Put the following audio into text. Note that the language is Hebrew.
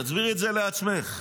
תסבירי את זה לעצמך.